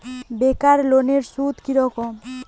বেকার লোনের সুদ কি রকম?